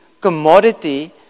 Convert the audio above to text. commodity